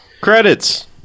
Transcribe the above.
Credits